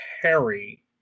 Harry